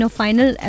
final